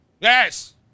yes